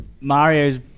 Mario's